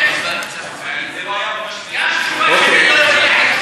זה משטר צבאי, זה לא היה, גם תשובה, אוקיי.